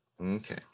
Okay